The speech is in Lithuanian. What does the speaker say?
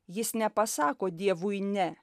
jis nepasako dievui ne